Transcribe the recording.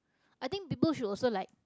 I think people should also like